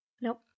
Nope